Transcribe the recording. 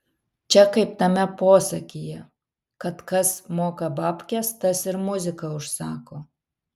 čia kaip tame posakyje kad kas moka babkes tas ir muziką užsako